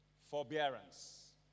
forbearance